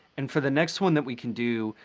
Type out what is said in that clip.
and for the next one that we can do,